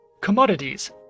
Commodities